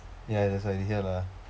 ya that's why here lah